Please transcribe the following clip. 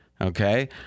Okay